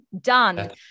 done